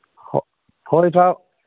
ꯍꯋꯥꯏ ꯊ꯭ꯔꯥꯛ